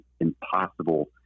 impossible